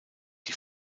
die